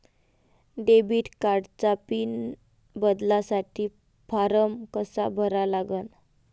Debit कार्डचा PIN बदलासाठी form कसा भरा लागन?